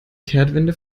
kehrtwende